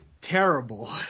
terrible